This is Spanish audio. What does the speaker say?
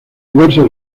diversas